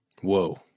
Whoa